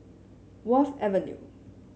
Wharf Avenue